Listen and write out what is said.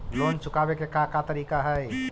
Loan चुकावे के का का तरीका हई?